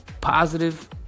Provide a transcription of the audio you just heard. positive